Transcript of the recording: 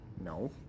No